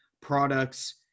products